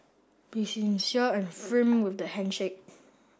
be sincere and firm with the handshake